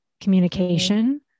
communication